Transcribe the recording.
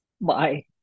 Bye